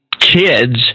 Kids